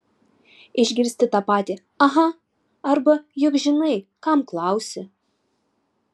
išgirsti tą patį aha arba juk žinai kam klausi